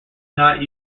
not